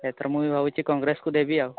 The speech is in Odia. ଏଥର ମୁଁ ବି ଭାବୁଛି କଂଗ୍ରେସକୁ ଦେବି ଆଉ